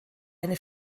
eine